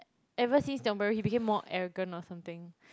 ever since Tiong-Bahru he became more arrogant or something